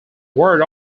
word